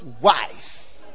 wife